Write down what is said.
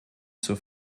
zur